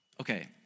okay